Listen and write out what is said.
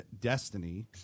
destiny